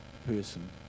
person